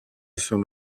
son